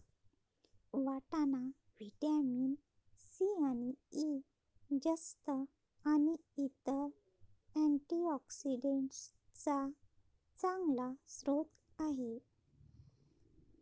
वाटाणा vitamin C आणि E, जस्त आणि इतर अँटीऑक्सिडेंट्सचा चांगला स्रोत आहे